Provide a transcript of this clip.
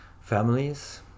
families